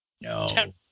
No